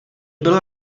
bylo